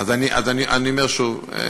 אז אני אומר שוב: